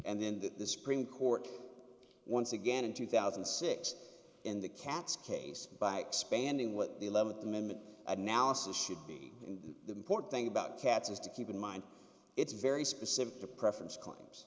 and then the supreme court once again in two thousand and six and the cat's case by expanding what the eleventh amendment analysis should be in the important thing about cats is to keep in mind it's very specific to preference claims